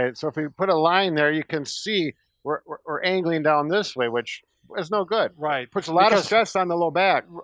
ah so if you put a line there you can see we're angling down this way which is no good. puts a lot of stress on the lower back.